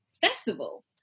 festival